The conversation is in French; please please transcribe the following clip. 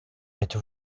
êtes